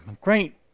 great